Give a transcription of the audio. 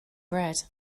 bread